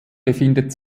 befindet